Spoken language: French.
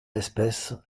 l’espèce